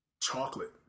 chocolate